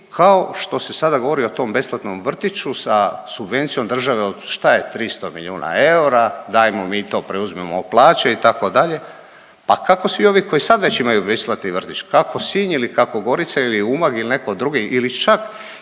kao što se sada govori o tom besplatnom vrtiću sa subvencijom države od šta je 300 milijuna eura, dajmo mi to, preuzmimo plaće itd., pa kako svi ovi koji sad već imaju besplatni vrtić, kako Sinj ili kako Gorica ili Umag ili netko drugi ili čak